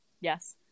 Yes